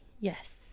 Yes